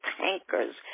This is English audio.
tankers